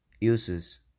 Uses